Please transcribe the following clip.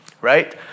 right